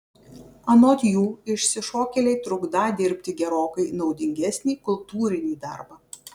anot jų išsišokėliai trukdą dirbti gerokai naudingesnį kultūrinį darbą